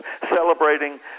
celebrating